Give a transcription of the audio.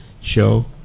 show